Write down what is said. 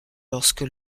lorsque